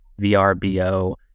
VRBO